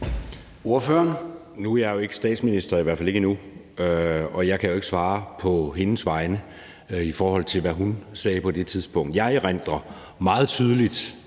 Søe (M): Nu er jeg jo ikke statsminister, i hvert fald ikke endnu, og jeg kan ikke svare på hendes vegne, i forhold til hvad hun sagde på det tidspunkt. Jeg erindrer meget tydeligt,